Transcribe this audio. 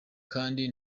kandi